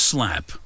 Slap